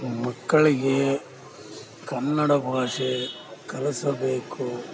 ಮಕ್ಕಳಿಗೆ ಕನ್ನಡ ಭಾಷೆ ಕಲಿಸಬೇಕು